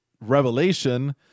revelation